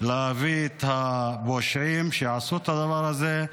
ולהביא לדין את הפושעים שעשו את הדבר הזה.